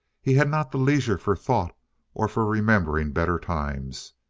he had not the leisure for thought or for remembering better times.